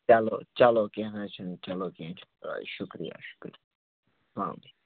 چلو چلو کیٚنٛہہ نہَ حظ چھُنہٕ چلو کیٚنٛہہ چھُنہٕ پَرواے شُکریہِ شُکریہِ آمیٖن